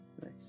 Nice